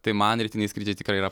tai man rytiniai skrydžiai tikrai yra